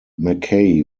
mackay